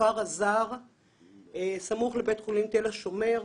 בכפר אז"ר סמוך לבית חולים תל השומר.